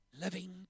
living